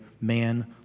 man